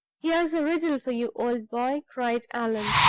here's a riddle for you, old boy! cried allan.